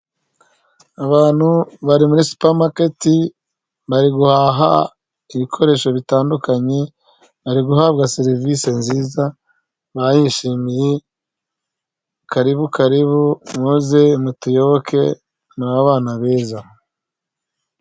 Abantu bari muri supamaketi bari guhaha ibikoresho bitandukanye, bari guhabwa serivise nziza, bayishimiye, karibu karibu muze mutuyoboke muri abana beza.